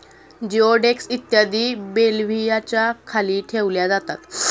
जिओडेक्स इत्यादी बेल्व्हियाच्या खाली ठेवल्या जातात